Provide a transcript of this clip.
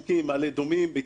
ביתר עלית,